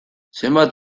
zenbat